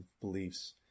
beliefs